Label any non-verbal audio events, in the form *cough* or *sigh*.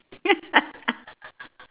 *laughs*